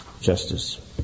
justice